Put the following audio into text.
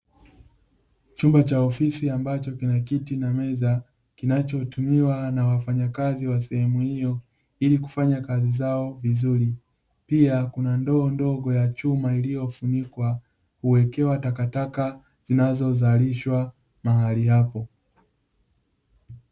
Chumba cha ofisi ambacho kina kiti na meza kinachotumiwa na wafanyakazi wa sehemu hiyo, ili kufanya kazi zao vizuri. Pia kuna ndoo ndogo ya chuma iliyofunikwa, huwekewa takataka zinazozalishwa mahali hapo.